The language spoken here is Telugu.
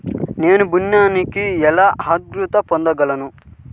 నేను ఋణానికి ఎలా అర్హత పొందగలను?